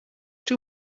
too